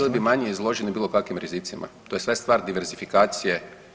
Bili bi manje izloženi bilo kakvim rizicima, to je sve stvar diversifikacije.